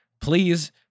please